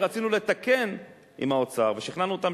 כשרצינו לתקן עם האוצר ושכנענו אותם